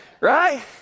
Right